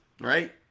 right